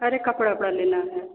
अरे कपड़ा ओपड़ा लेना है